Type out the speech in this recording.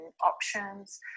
options